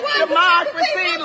democracy